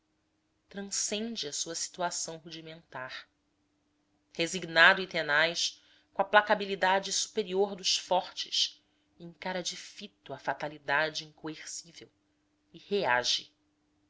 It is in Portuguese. transcende a sua situação rudimentar resignado e tenaz com a placabilidade superior dos fortes encara de fito a fatalidade incoercível e reage